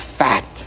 fat